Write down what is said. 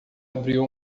abriu